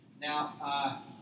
now